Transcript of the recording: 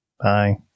Bye